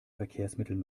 verkehrsmitteln